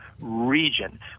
region